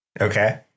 Okay